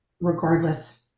regardless